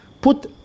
Put